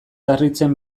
harritzen